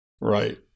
Right